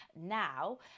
now